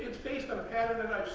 based on patterns